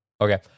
Okay